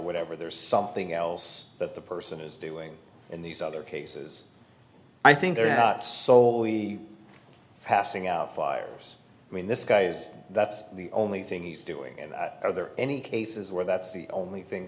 whatever there's something else that the person is doing in these other cases i think they're not so passing out flyers i mean this guy's that's the only thing he's doing and other any cases where that's the only thing